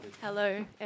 Hello